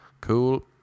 Cool